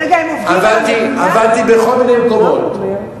אם הם עובדים אסור להם לקבל קצבה.